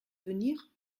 venir